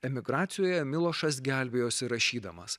emigracijoje milošas gelbėjosi rašydamas